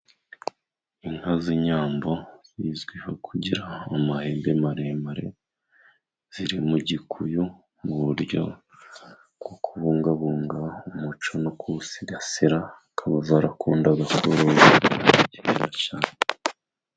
Inka z'inyambo zizwiho kugira amahembe maremare ,ziri mu gikuyu mu buryo bwo kubungabunga umuco no kuwusigasira, zikaba zarakundaga kororoka cyane.